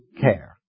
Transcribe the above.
care